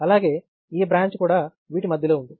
అలాగే ఈ బ్రాంచ్ కూడా వీటి మధ్యలో ఉంది